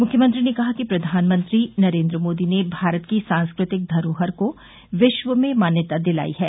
मुख्यमंत्री ने कहा कि प्रधानमंत्री नरेन्द्र मोदी ने भारत की सांस्कृतिक धरोहर को विश्व में मान्यता दिलाई है